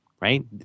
Right